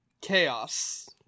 Chaos